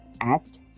act